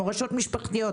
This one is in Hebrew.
מורשות משפחתיות,